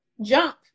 jump